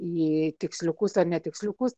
į tiksliukus ar ne tiksliukus